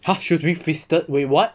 !huh! she was being feasted wait what